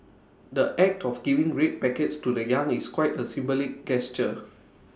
the act of giving red packets to the young is quite A symbolic gesture